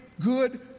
good